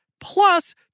plus